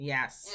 Yes